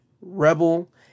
Rebel